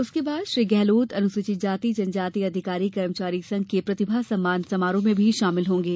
उसके बाद श्री गहलोत अनुसूचित जाति जनजाति अधिकारी कर्मचारी संघ के प्रतिभा सम्मान समारोह में भी शामिल होंगे